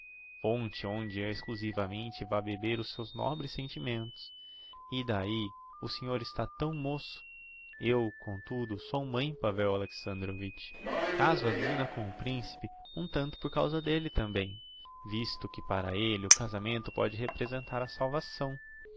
fonte aonde exclusivamente vae beber os seus nobres sentimentos e d'ahi o senhor está tão moço eu comtudo sou mãe pavel alexandrovitch caso a zina com o principe um tanto por causa d'elle tambem visto que para elle o casamento pode representar a salvação